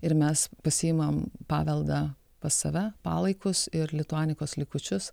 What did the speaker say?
ir mes pasiimam paveldą pas save palaikus ir lituanikos likučius